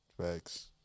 Facts